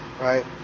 right